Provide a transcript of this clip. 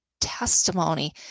testimony